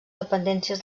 dependències